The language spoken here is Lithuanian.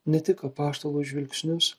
ne tik apaštalų žvilgsnius